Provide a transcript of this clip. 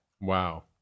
Wow